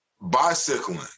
bicycling